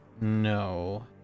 no